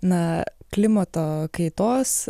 na klimato kaitos